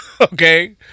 Okay